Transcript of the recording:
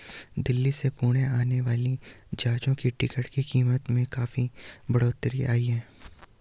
दिल्ली से पुणे आने वाली जहाजों की टिकट की कीमत में काफी बढ़ोतरी आई है